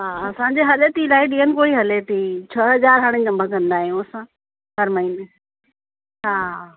हा असांजी हले थी अलाई ॾींहंनि खां ई हले थी छह हज़ार हाणे जमा कंदा आहियूं हाणे असां हर महिने हा